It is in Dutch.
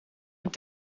het